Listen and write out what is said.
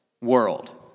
world